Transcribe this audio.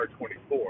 R24